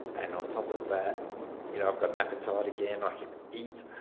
and on top of that you know i've got an appetite again, i can eat.